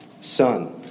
son